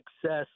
success